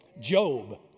Job